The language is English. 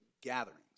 gatherings